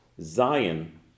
Zion